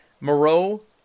Moreau